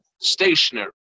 stationary